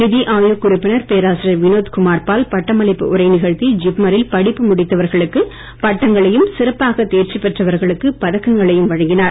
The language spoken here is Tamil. நிதி ஆயோக் உறுப்பினர் பேராசிரியர் வினோத் குமார் பால் பட்டமளிப்பு உரை நிகழ்த்தி ஜிப்மரில் படிப்பு முடித்தவர்களுக்கு பட்டங்களையும் சிறப்பாக தேர்ச்சி பெற்றவர்களுக்கு பதக்கங்களையும் வழங்கினார்